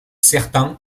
certain